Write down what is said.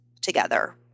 together